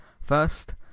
first